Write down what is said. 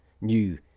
new